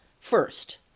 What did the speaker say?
first